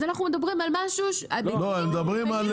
אז אנחנו מדברים על משהו -- לא לא הבנת,